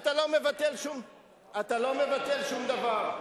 אתה לא מבטל שום דבר.